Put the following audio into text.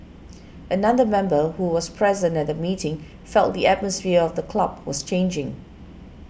another member who was present at the meeting felt the atmosphere of the club was changing